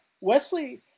wesley